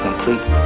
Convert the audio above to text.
Complete